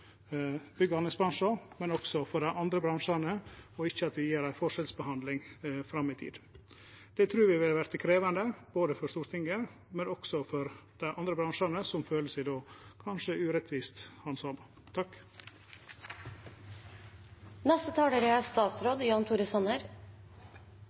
dei andre bransjane, og at vi ikkje gjer ei forskjellsbehandling fram i tid. Det trur eg ville vere krevjande for Stortinget, men også for dei bransjane som føler seg urettvist handsama. Forslaget vi behandler i dag, innebærer å endre reglene slik at betalingsplikten for merverdiavgift utsettes til det omtvistede kravet er